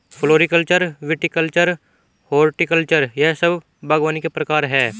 floriculture, viticulture, horticulture यह सब बागवानी के प्रकार है